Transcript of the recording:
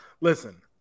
Listen